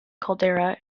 caldera